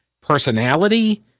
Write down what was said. personality